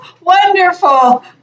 Wonderful